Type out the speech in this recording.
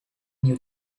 new